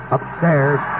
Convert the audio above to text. Upstairs